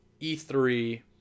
E3